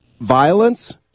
violence